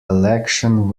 election